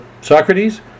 Socrates